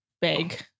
big